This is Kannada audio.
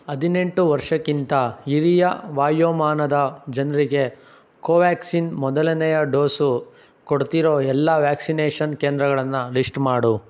ಹದಿನೆಂಟು ವರ್ಷಕ್ಕಿಂತ ಹಿರಿಯ ವಯೋಮಾನದ ಜನರಿಗೆ ಕೋವ್ಯಾಕ್ಸಿನ್ ಮೊದಲನೆಯ ಡೋಸು ಕೊಡ್ತಿರೋ ಎಲ್ಲ ವ್ಯಾಕ್ಸಿನೇಷನ್ ಕೇಂದ್ರಗಳನ್ನು ಲಿಸ್ಟ್ ಮಾಡು